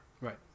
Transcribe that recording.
Right